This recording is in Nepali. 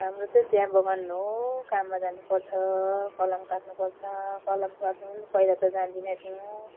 हाम्रो चाहिँ चिया बगान हो काममा जानुपर्छ कलम काट्नुपर्छ कलम काट्नु पनि पहिले त जान्दैनथ्यौँ